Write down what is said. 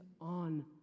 on